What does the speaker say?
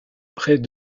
près